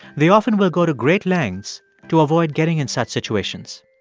they often will go to great lengths to avoid getting in such situations.